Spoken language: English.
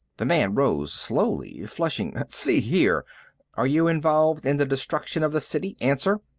the man rose slowly, flushing. see here are you involved in the destruction of the city? answer!